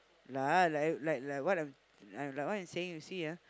lah like like like what I'm like what I'm saying you see ah